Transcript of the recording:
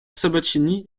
sabatini